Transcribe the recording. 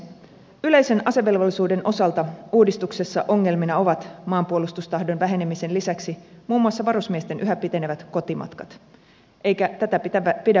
yleisen asevelvollisuuden osalta uudistuksessa ongelmina ovat maanpuolustustahdon vähenemisen lisäksi muun muassa varusmiesten yhä pitenevät kotimatkat eikä tätä pidä väheksyä